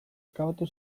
akabatu